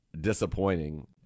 disappointing